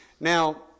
Now